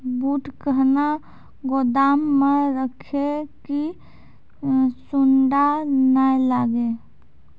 बूट कहना गोदाम मे रखिए की सुंडा नए लागे?